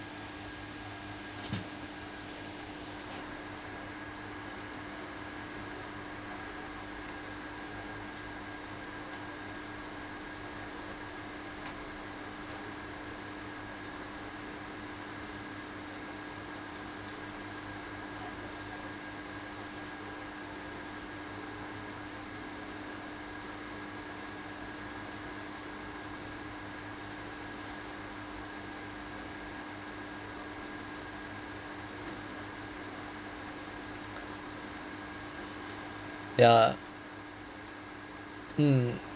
ya mm